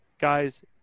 guys